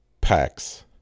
packs